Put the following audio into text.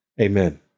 Amen